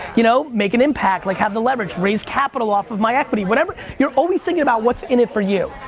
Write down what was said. you know, make an impact, like have the leverage, raise capital off of my equity, whatever. your only thinking about what's in it for you.